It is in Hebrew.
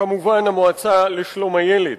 וכמובן המועצה לשלום הילד.